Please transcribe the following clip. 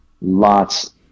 lots